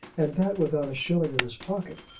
and that without a shilling in his pocket,